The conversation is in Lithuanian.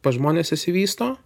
pas žmones išsivysto